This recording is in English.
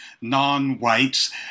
non-whites